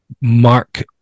Mark